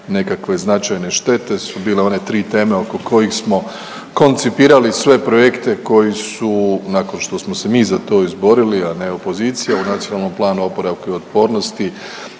nekakve značajne štete su bile one tri teme oko kojih smo koncipirali sve projekte koji su, nakon što smo se mi za to izborili, a ne opozicija, u Nacionalnom planu oporavka i otpornosti